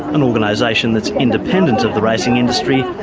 an organisation that's independent of the racing industry,